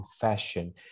fashion